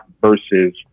versus